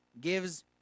gives